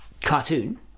Cartoon